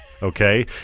Okay